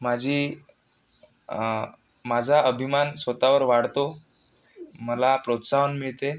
माझी माझा अभिमान स्वत वर वाढतो मला प्रोत्साहन मिळते